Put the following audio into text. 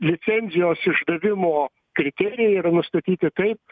licenzijos išdavimo kriterijai yra nustatyti taip